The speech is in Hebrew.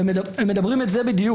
והם מדברים על זה בדיוק